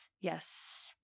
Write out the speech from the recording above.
Yes